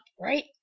right